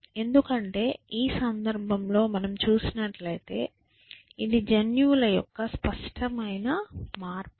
ఎందుకంటే ఈ సందర్భంలో మనం చూసినట్లయితే ఇది జన్యువుల యొక్క స్పష్టమైన మార్పిడి